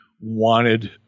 wanted